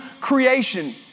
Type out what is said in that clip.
creation